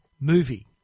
movie